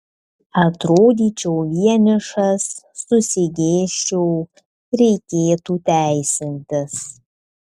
atrodyčiau vienišas susigėsčiau reikėtų teisintis